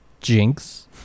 jinx